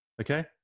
Okay